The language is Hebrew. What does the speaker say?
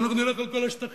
ואנחנו נלך על כל השטחים.